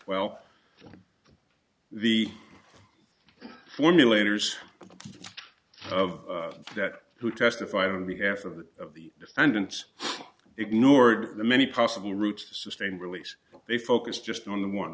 well the formulators of that who testified on behalf of the of the defendants ignored the many possible routes to sustain release they focus just on the one